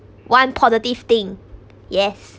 one positive thing yes